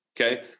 Okay